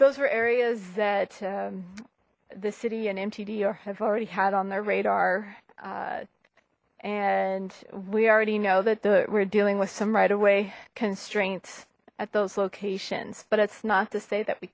those were areas that the city and mtd or have already had on their radar and we already know that the we're dealing with some right away constraints at those locations but it's not to say that we